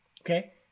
Okay